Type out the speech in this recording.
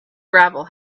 gravel